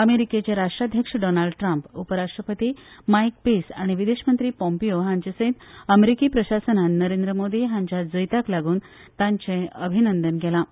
अमेरिकेचे राष्ट्राध्यक्ष Donald Trump उपरराष्ट्रपती माय पेस आनी विदेश मंत्री पोम्पीओ हांचे सयत अमेरिकी प्रशासनान नरेंद्र मोदी हांच्या जैताक लागून तांचें अभिनंदन केलां